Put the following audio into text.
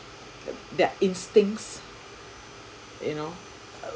their instincts you know